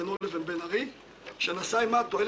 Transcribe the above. אליו בניגוד עניינים מסוים.